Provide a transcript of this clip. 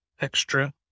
extra